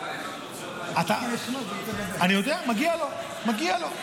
אני יודע, מגיע לו, מגיע לו.